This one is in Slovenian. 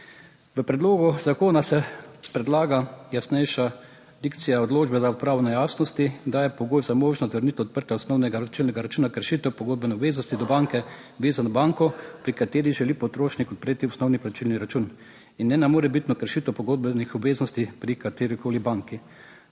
V predlogu zakona se predlaga jasnejša dikcija odločbe za odpravo nejasnosti, da je pogoj za možnost za vrnitev odprtja osnovnega plačilnega računa kršitev pogodbene obveznosti do banke, vezan na banko, pri kateri želi potrošnik odpreti osnovni plačilni račun in ne na morebitno kršitev pogodbenih obveznosti pri katerikoli banki.